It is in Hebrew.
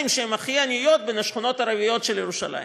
שהן הכי עניות בין השכונות הערביות של ירושלים?